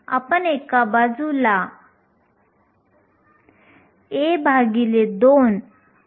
तर आपण शेवटच्या वर्गामध्ये हेच पाहिले आहे